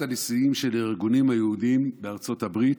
הנשיאים של הארגונים היהודיים בארצות הברית,